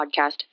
Podcast